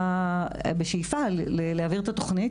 בשאיפה להעביר את התוכנית,